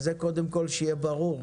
קודם כול שזה יהיה ברור.